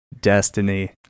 Destiny